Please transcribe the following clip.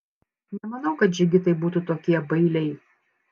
nemanau kad džigitai būtų tokie bailiai